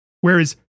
Whereas